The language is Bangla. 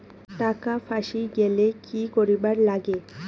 টাকা ফাঁসি গেলে কি করিবার লাগে?